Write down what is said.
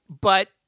But-